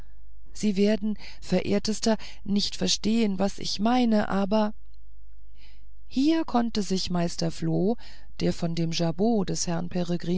sie werden verehrtester nicht verstehen was ich meine aber hier konnte sich meister floh der von dem jabot des herrn